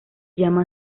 llama